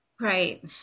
Right